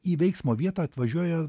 na į veiksmo vietą atvažiuoja